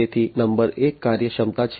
તેથી નંબર 1 કાર્યક્ષમતા છે